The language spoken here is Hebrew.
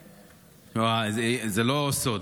זה לא סוד,